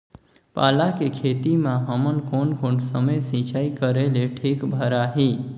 पाला के खेती मां हमन कोन कोन समय सिंचाई करेले ठीक भराही?